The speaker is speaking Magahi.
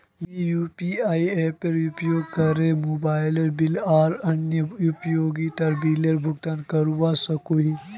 मुई यू.पी.आई एपेर उपयोग करे मोबाइल बिल आर अन्य उपयोगिता बिलेर भुगतान करवा सको ही